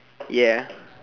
ya